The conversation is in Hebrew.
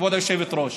כבוד היושבת-ראש.